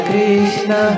Krishna